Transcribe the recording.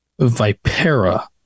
vipera